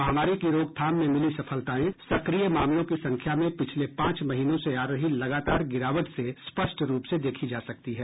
महामारी की रोकथाम में मिली सफलताएं सक्रिय मामलों की संख्या में पिछले पांच महीनों से आ रही लगातार गिरावट से स्पष्ट रूप से देखी जा सकती हैं